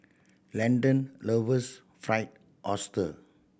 Landen loves Fried Oyster